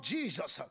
Jesus